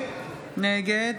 נגד